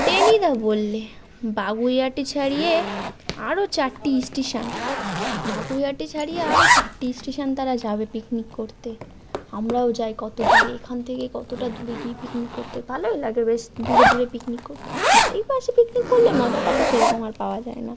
টেনিদা বললে বাগুইআটি ছাড়িয়ে আরও চারটি স্টেশন বাগুইহাটি ছাড়িয়ে আর চারটি স্টেশন তারা যাবে পিকনিক করতে আমরাও যাই কত দূরে এখান থেকে কতটা দূরে গিয়ে পিকনিক করতে ভালোও লাগে বেশ দূরে দূরে পিকনিক করতে বাড়ির পাশে পিকনিক করলে মজাটা তো সেরকম আর পাওয়া যায় না